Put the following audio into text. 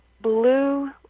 blue